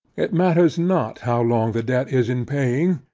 it matters not how long the debt is in paying,